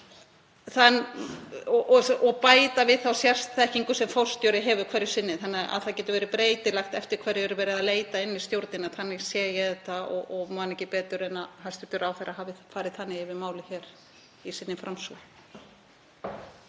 og bæta við þá sérþekkingu sem forstjóri hefur hverju sinni þannig að það geti verið breytilegt eftir hverju er verið að leita inn í stjórnina. Þannig sé ég þetta og man ekki betur en að hæstv. ráðherra hafi farið þannig yfir málið í framsögu